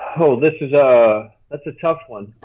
oh this is a. that's a tough one.